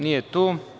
Nije tu.